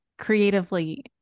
creatively